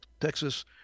Texas